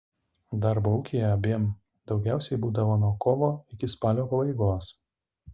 darbo ūkyje abiem daugiausiai būdavo nuo kovo iki spalio pabaigos